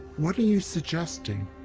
what are you suggesting,